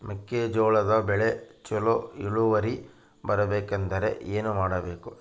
ಮೆಕ್ಕೆಜೋಳದ ಬೆಳೆ ಚೊಲೊ ಇಳುವರಿ ಬರಬೇಕಂದ್ರೆ ಏನು ಮಾಡಬೇಕು?